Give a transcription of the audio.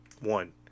one